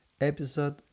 episode